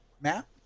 Matt